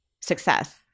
success